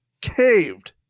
Caved